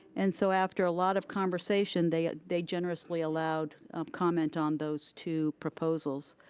and so, after a lot of conversation, they ah they generously allowed comment on those two proposals.